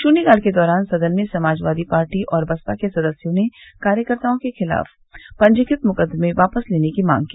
शून्य काल के दौरान सदन में समाजवादी पार्टी और बसपा के सदस्यों ने कार्यकर्ताओं के खिलाफ पंजीकृत मुकदमे वापस लेने की मांग की